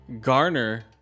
Garner